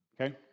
okay